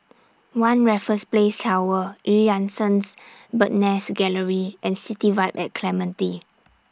one Raffles Place Tower EU Yan Sang Bird's Nest Gallery and City Vibe At Clementi